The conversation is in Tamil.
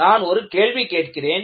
நான் ஒரு கேள்வி கேட்கிறேன்